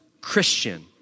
Christian